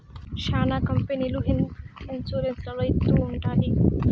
శ్యానా కంపెనీలు health insurance లలో ఇత్తూ ఉంటాయి